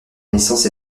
naissance